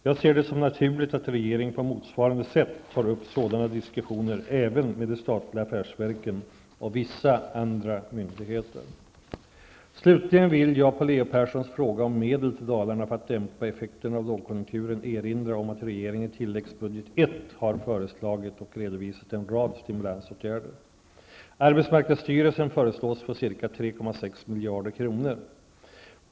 Jag ser det som naturligt att regeringen på motsvarande sätt tar upp sådana diskussioner även med de statliga affärsverken och vissa andra myndigheter. Slutligen vill jag på Leo Perssons fråga om medel till Dalarna för att dämpa effekterna av lågkonjunkturen erinra om att regeringen i tilläggsbudget I har föreslagit och redovisat en rad stimulansåtgärder. Arbetsmarknadssstyrelsen föreslås få ca 3,6 miljarder kronor.